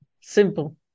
simple